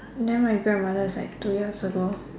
then my grandmother is like two years ago